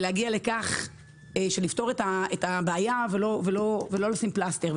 להגיע לפתרון הבעיה ולא לשים פלסטר,